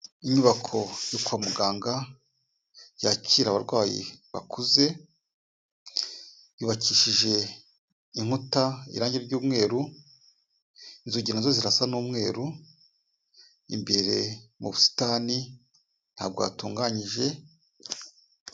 Inyubako yo kwa muganga yakira abarwayi bakuze, yubakishije inkuta irange ry'umweru inzugi na zo zirasa n'umweru, imbere mu busitani ntago hatunganyije.